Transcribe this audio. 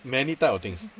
many type of things